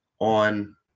on